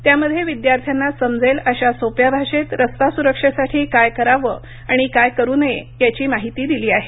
त्यामध्ये विद्यार्थ्यांना समजेल अशा सोप्या भाषेत रस्ता सुरक्षेसाठी काय करावं आणि काय करू नये याची माहिती दिली आहे